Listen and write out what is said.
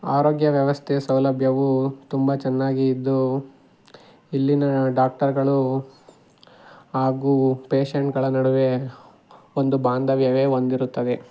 ಆರೋಗ್ಯ ವ್ಯವಸ್ಥೆಯು ಸೌಲಭ್ಯವು ತುಂಬ ಚೆನ್ನಾಗಿದ್ದು ಇಲ್ಲಿನ ಡಾಕ್ಟರ್ಗಳು ಹಾಗೂ ಪೇಷೆಂಟ್ಗಳ ನಡುವೆ ಒಂದು ಬಾಂಧವ್ಯವೇ ಹೊಂದಿರುತ್ತವೆ